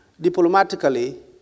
diplomatically